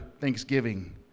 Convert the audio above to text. thanksgiving